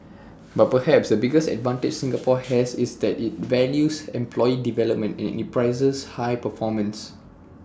but perhaps the biggest advantage Singapore has is that IT values employee development and IT prizes high performance